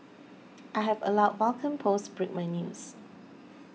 I have allowed Vulcan post break my news